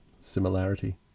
similarity